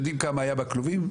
יודעים כמה היה בכלובים,